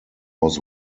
was